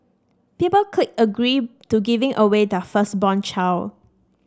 people clicked agree to giving away their firstborn child